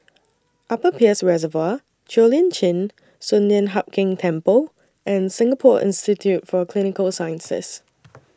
Upper Peirce Reservoir Cheo Lim Chin Sun Lian Hup Keng Temple and Singapore Institute For Clinical Sciences